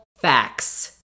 facts